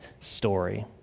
story